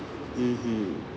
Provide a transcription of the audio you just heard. mmhmm